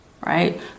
right